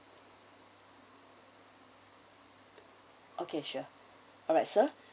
okay sure alright sir